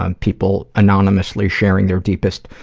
um people anonymously sharing their deepest